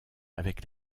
avec